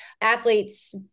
athletes